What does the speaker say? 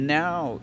now